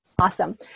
awesome